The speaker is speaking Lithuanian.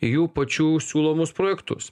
į jų pačių siūlomus projektus